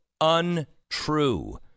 untrue